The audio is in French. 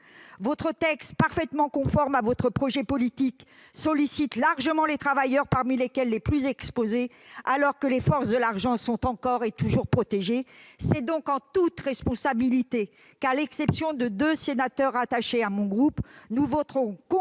ce texte, parfaitement conforme à votre projet politique, sollicite largement les travailleurs, parmi lesquels les plus exposés, alors que les forces de l'argent sont encore et toujours protégées. C'est donc en toute responsabilité que, à l'exception de deux de nos membres rattachés, nous voterons contre